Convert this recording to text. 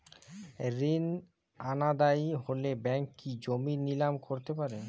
ঋণ অনাদায়ি হলে ব্যাঙ্ক কি জমি নিলাম করতে পারে?